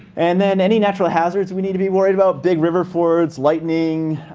and then, any natural hazards we need to be worried about? big river fords, lightning,